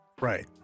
Right